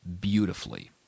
beautifully